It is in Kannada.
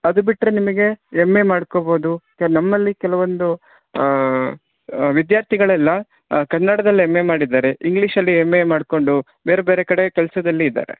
ಅದು ಬಿಟ್ಟರೆ ನಿಮಗೆ ಎಮ್ ಎ ಮಾಡ್ಕೊಬೋದು ಸರ್ ನಮ್ಮಲ್ಲಿ ಕೆಲವೊಂದು ಅ ವಿದ್ಯಾರ್ಥಿಗಳೆಲ್ಲ ಕನ್ನಡದಲ್ಲಿ ಎಮ್ ಎ ಮಾಡಿದಾರೆ ಇಂಗ್ಲೀಷಲ್ಲಿ ಎಮ್ ಎ ಮಾಡ್ಕೊಂಡು ಬೇರೆ ಬೇರೆ ಕಡೆ ಕೆಲಸದಲ್ಲಿ ಇದಾರೆ